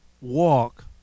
walk